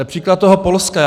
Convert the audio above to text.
Příklad toho Polska.